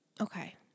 Okay